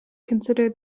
consider